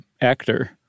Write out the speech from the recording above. actor